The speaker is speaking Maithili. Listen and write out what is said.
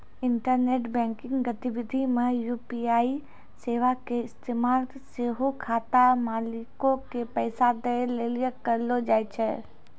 इंटरनेट बैंकिंग गतिविधि मे यू.पी.आई सेबा के इस्तेमाल सेहो खाता मालिको के पैसा दै लेली करलो जाय छै